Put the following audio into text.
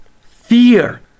fear